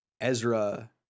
Ezra